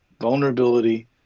vulnerability